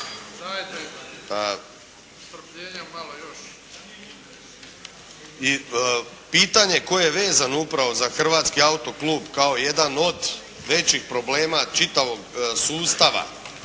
pitanje koje je vezano upravo za Hrvatski autoklub kao jedan od većih problema čitavog sustava